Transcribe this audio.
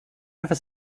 ever